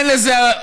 אין לזה.